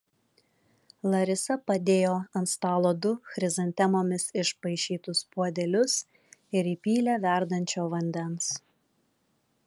larisa padėjo ant stalo du chrizantemomis išpaišytus puodelius ir įpylė verdančio vandens